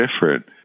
different